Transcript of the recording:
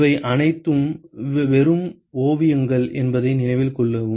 இவை அனைத்தும் வெறும் ஓவியங்கள் என்பதை நினைவில் கொள்ளவும்